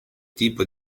tipo